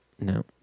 No